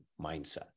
mindset